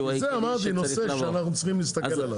- אמרתי שזה נושא שאנו צריכים להסתכל עליו.